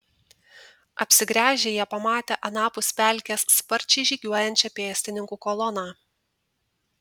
apsigręžę jie pamatė anapus pelkės sparčiai žygiuojančią pėstininkų koloną